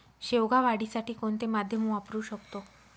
शेवगा वाढीसाठी कोणते माध्यम वापरु शकतो?